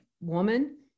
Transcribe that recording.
woman